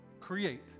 Create